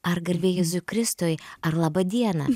ar garbė jėzui kristui ar laba diena